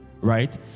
right